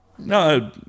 No